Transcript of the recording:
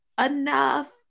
enough